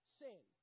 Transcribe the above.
sin